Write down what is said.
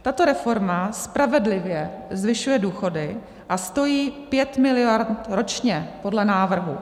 Tato reforma spravedlivě zvyšuje důchody a stojí 5 miliard ročně podle návrhu.